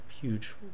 huge